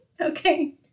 Okay